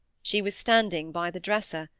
she was standing by the dresser,